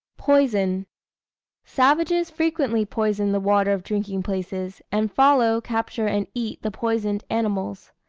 poison savages frequently poison the water of drinking-places, and follow, capture, and eat the poisoned animals.